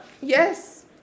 Yes